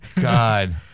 God